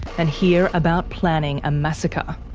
and hear about planning a massacre.